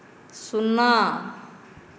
ଶୂନ